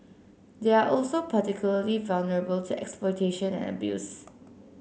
they are also particularly vulnerable to exploitation and abuse